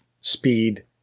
speed